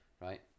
Right